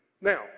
Now